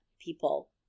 people